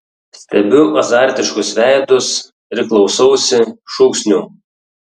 stebiu azartiškus veidus ir klausausi šūksnių